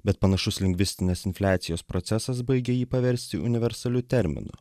bet panašus lingvistinės infliacijos procesas baigia jį paversti universaliu terminu